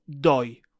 doy